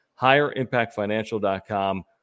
higherimpactfinancial.com